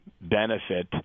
benefit